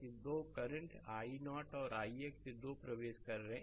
तो यह दो करंट i0 और ix यह दो प्रवेश कर रहे हैं